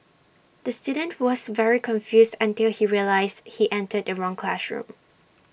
the student was very confused until he realised he entered the wrong classroom